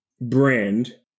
brand